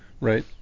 right